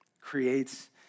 creates